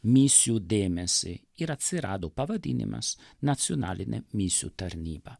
misijų dėmesį ir atsirado pavadinimas nacionalinė misijų tarnyba